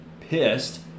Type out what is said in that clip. pissed